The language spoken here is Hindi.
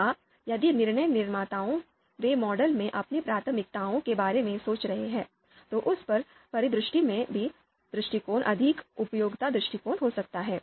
या यदि निर्णय निर्माताओं वे मॉडल में अपनी प्राथमिकताओं के बारे में सोच रहे हैं तो उस परिदृश्य में भी दृष्टिकोण अधिक उपयुक्त दृष्टिकोण हो सकता है